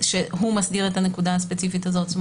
שהוא מסדיר את הנקודה הספציפית הזאת.